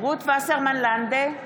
רות וסרמן לנדה,